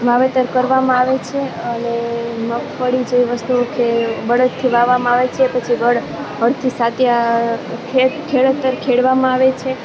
વાવેતર કરવામાં આવે છે અને મગફળી જેવી વસ્તુ કે બળદથી વાવવામાં આવે છે પછી હળ હળથી સાંતીયા ખેતર ખેડવામાં આવે છે